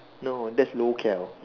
no that's norcal